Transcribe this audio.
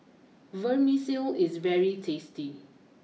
Vermicelli is very tasty